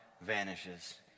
vanishes